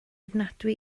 ofnadwy